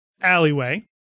alleyway